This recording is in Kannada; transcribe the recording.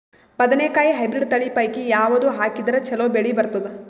ಬದನೆಕಾಯಿ ಹೈಬ್ರಿಡ್ ತಳಿ ಪೈಕಿ ಯಾವದು ಹಾಕಿದರ ಚಲೋ ಬೆಳಿ ಬರತದ?